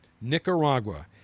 Nicaragua